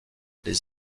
des